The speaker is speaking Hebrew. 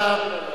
לא, לא.